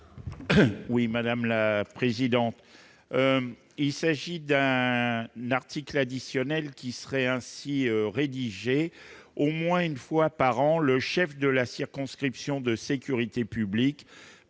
Oui, madame la présidente, il s'agit d'un article additionnel qui serait ainsi rédigé au moins une fois par an, le chef de la circonscription de sécurité publique